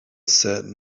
said